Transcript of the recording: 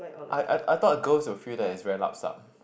I I I thought girls will feel that it's very lap sap